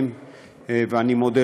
מי שמוביל,